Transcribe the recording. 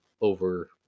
over